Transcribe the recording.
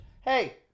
Hey